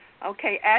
Okay